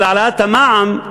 של העלאת המע"מ,